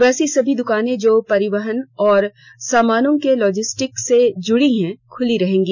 यैसी सभी द्रकानें जो परिवहन और समानों के लॉजिस्टिक से जुड़ी हैं खुली रहेगी